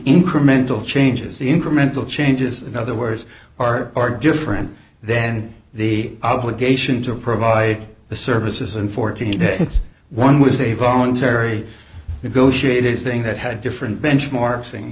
incremental changes the incremental changes in other words are different then the obligation to provide the services and fourteen day one was a voluntary negotiated thing that had different benchmarks thing